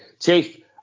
Chief